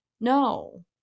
no